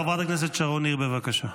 חברת הכנסת שרון ניר, בבקשה.